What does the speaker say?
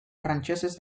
frantsesez